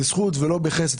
בזכות ולא בחסד.